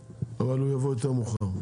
אבל הוא יבוא יותר מאוחר.